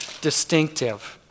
distinctive